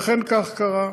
ואכן כך קרה.